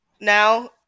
now